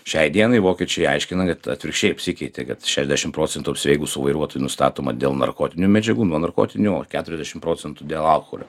šiai dienai vokiečiai aiškina kad atvirkščiai apsikeitė kad šešiasdešim procentų apsvaigusių vairuotojų nustatoma dėl narkotinių medžiagų nuo narkotinių o keturiasdešim procentų dėl alkoholio